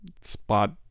spot